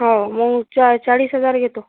हाव मग चा चाळीस हजार घेतो